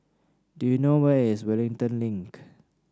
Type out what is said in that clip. do you know where is Wellington Link